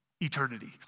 eternity